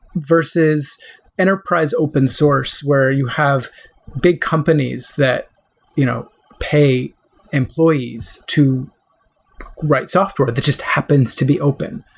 versus enterprise open source where you have big companies that you know pay employees to write software that just happened to be open.